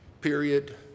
period